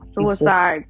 suicide